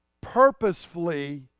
purposefully